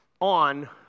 on